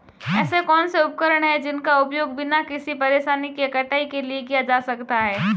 ऐसे कौनसे उपकरण हैं जिनका उपयोग बिना किसी परेशानी के कटाई के लिए किया जा सकता है?